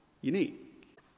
unique